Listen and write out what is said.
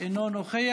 אינו נוכח.